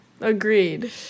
Agreed